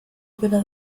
pena